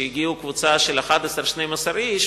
שהגיעה קבוצה של 11 12 איש,